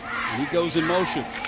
he goes in motion.